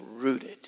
rooted